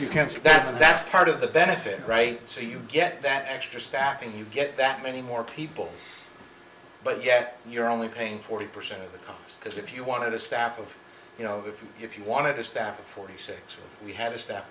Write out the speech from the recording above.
you can say that's that's part of the benefit right so you get that extra staff and you get that many more people but yet you're only paying forty percent of the comps because if you wanted a staff of you know if you wanted a staff of forty six we had a staff